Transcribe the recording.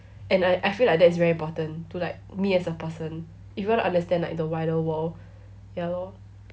and I I feel like that is very important to like me as a person if you wanna understand the like the wider world ya lor